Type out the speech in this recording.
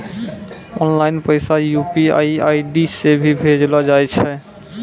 online पैसा UPI ID से भी भेजलो जाय छै